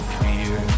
fear